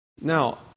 Now